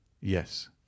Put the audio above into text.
Yes